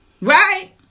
Right